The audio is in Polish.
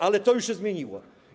Ale to już się zmieniło.